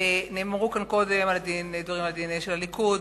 נאמרו כאן קודם דברים על ה-DNA של הליכוד,